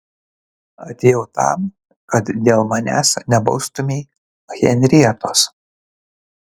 atėjau tam kad dėl manęs nebaustumei henrietos